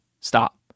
stop